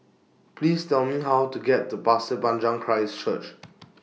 Please Tell Me How to get to Pasir Panjang Christ Church